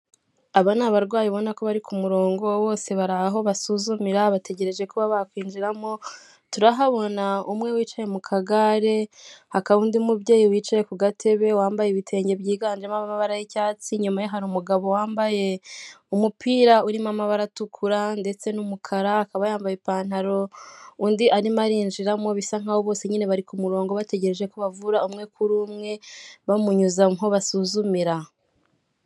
Aba ni abarwayi ubona ko bari ku murongo bose bari aho basuzumira bategereje kuba bakwinjiramo turahabona umwe wicaye mu kagare, hakaba undi mubyeyi wicaye ku gatebe wambaye ibitenge byiganjemo amabara y'icyatsi nyuma ye hari umugabo wambaye umupira urimo amabara atukura, ndetse n'umukara akaba yambaye ipantaro undi arimo arinjiramo bisa nkaho bose nyine bari ku murongo bategereje ko bavura umwe kuri umwe bamunyuza nko basuzumira.